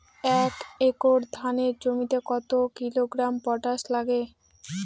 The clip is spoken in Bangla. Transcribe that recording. এক একর ধানের জমিতে কত কিলোগ্রাম পটাশ লাগে?